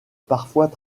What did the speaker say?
parfois